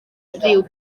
rhyw